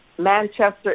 Manchester